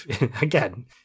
Again